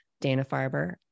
Dana-Farber